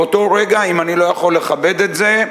באותו רגע, אם אני לא יכול לכבד את זה,